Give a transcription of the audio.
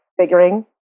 figuring